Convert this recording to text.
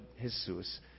Jesus